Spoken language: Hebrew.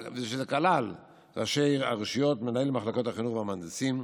כלל ראשי הרשויות, מנהלי מחלקות החינוך והמהנדסים.